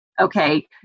Okay